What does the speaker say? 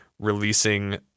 releasing